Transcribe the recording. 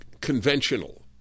conventional